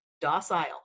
docile